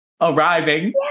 arriving